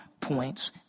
points